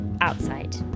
outside